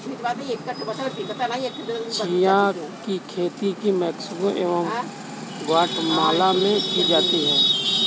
chia की खेती Mexico एवं ग्वाटेमाला में की जाती है